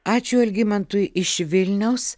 ačiū algimantui iš vilniaus